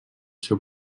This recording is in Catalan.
seu